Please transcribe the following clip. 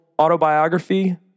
autobiography